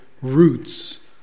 roots